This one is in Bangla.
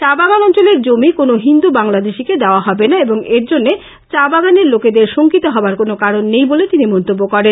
চাবাগান অঞ্চলের জমি কোন হিন্দু বাংলাদেশীকেলক দেওয়া হবে না এবং এর জন্য চাবাগানের লোকেদের শষ্কিত হবার কোন কারন নেই বলে তিনি মন্তব্য করেন